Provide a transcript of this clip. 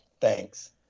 thanks